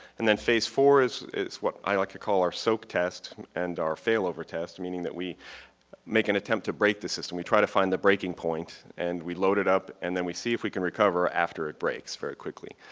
and then phase four is is what i like to call our soak test, and our failover test, meaning that we make an attempt to break the system. we try to find the breaking point and we load it up and then we see if we can recover after it breaks very quickly.